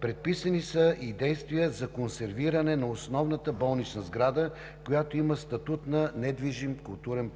Предписани са и действия за консервиране за основната болнична сграда, която има статут на недвижима културна